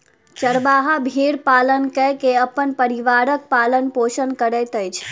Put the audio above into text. चरवाहा भेड़ पालन कय के अपन परिवारक पालन पोषण करैत अछि